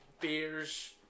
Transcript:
beers